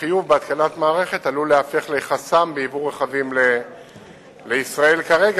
החיוב בהתקנת מערכת עלול להיהפך לחסם בייבוא רכבים לישראל כרגע,